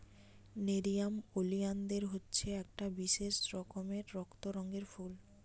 nerium oleander হচ্ছে একটা বিশেষ রকমের রক্ত রঙের ফুল